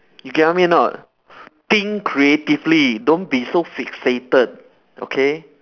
you get what I mean or not think creatively don't be so fixated okay